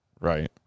right